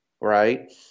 Right